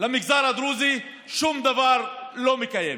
למגזר הדרוזי שום דבר לא מקיימת.